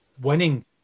winning